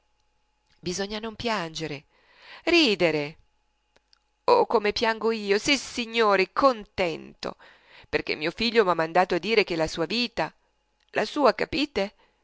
bisogna non piangere ridere o come piango io sissignori contento perché mio figlio m'ha mandato a dire che la sua vita la sua capite